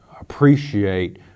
appreciate